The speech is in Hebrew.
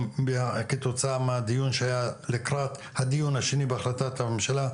כתוצאה מהדיון שהיה לקראת הדיון השני בהחלטת הממשלה?